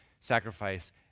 sacrifice